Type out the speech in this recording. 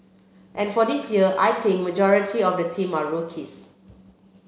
and for this year I think majority of the team are rookies